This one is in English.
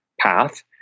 path